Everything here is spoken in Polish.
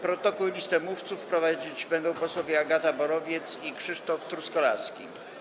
Protokół i listę mówców prowadzić będą posłowie Agata Borowiec i Krzysztof Truskolaski.